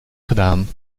gedaan